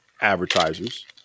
Advertisers